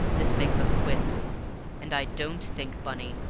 this makes us quits and i don't think, bunny,